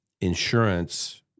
insurance